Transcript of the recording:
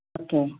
okay